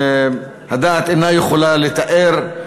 שהדעת אינה יכולה לתאר,